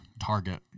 target